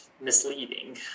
misleading